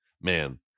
man